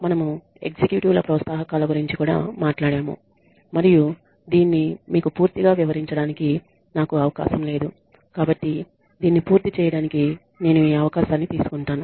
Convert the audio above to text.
మనము ఎగ్జిక్యూటివ్ ల ప్రోత్సాహకాల గురించి కూడా మాట్లాడాము మరియు దీన్ని మీకు పూర్తిగా వివరించడానికి నాకు అవకాశం లేదు కాబట్టి దీన్ని పూర్తి చేయడానికి నేను ఈ అవకాశాన్ని తీసుకుంటాను